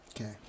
Okay